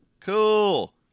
cool